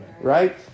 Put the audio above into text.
Right